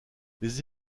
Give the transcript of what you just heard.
les